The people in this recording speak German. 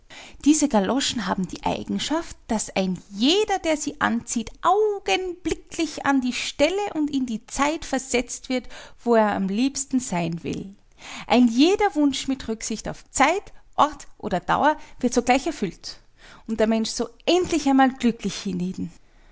diese galoschen haben die eigenschaft daß ein jeder der sie anzieht augenblicklich an die stelle und in die zeit versetzt wird wo er am liebsten sein will ein jeder wunsch mit rücksicht auf zeit ort oder dauer wird sogleich erfüllt und der mensch so endlich einmal glücklich